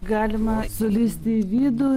galima sulįsti į vidų